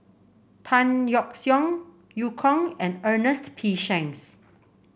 Tan Yeok Seong Eu Kong and Ernest P Shanks